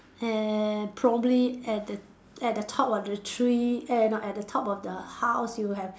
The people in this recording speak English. and probably at the at the top of the tree eh no at the top of the house you have